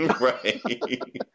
right